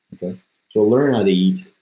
so learn how to eat.